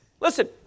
listen